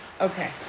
Okay